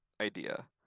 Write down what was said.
idea